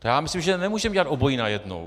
Já myslím, že nemůžeme dělat obojí najednou.